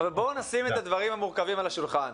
אבל בואו נשים את הדברים המורכבים על השולחן.